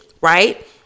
right